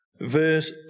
verse